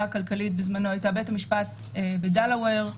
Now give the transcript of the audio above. הכלכלית בזמנו הייתה בית המשפט בדלאוור.